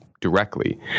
directly